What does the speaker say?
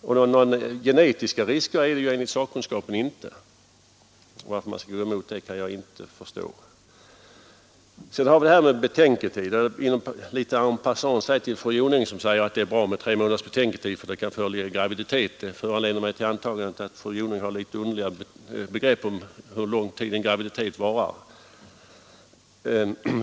Några genetiska risker är det enligt sakkunskapen inte. Att man skall gå emot detta förslag kan jag inte förstå. Så har vi detta med betänketid. En passant vill jag säga att när fru Jonäng anser att det är bra med tre månaders betänketid därför att det kan föreligga graviditet, föranleder det mig att göra antagandet att fru Jonäng har litet underliga begrepp om hur lång tid en graviditet varar.